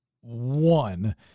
one